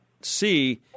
see